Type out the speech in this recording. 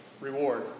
reward